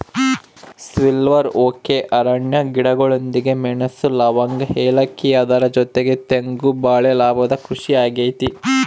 silver oak ಅರಣ್ಯ ಗಿಡಗಳೊಂದಿಗೆ ಮೆಣಸು, ಲವಂಗ, ಏಲಕ್ಕಿ ಅದರ ಜೊತೆಗೆ ತೆಂಗು ಬಾಳೆ ಲಾಭದ ಕೃಷಿ ಆಗೈತೆ